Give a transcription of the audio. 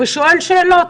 ושואל שאלות,